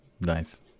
Nice